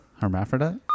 Hermaphrodite